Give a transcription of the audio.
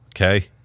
Okay